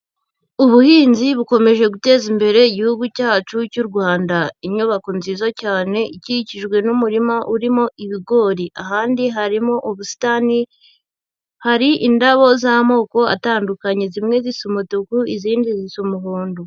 Ubuhinzi bukomeje guteza imbere Igihugu cyacu cy'u Rwanda, inyubako nziza cyane ikikijwe n'umurima urimo ibigori, ahandi harimo ubusitani, hari indabo z'amoko atandukanye, zimwe zisa umutuku izindi zisa muhondo.